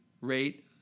rate